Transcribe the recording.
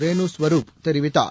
ரேணு ஸ்வருப் தெரிவித்தார்